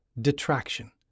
detraction